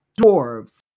dwarves